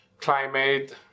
climate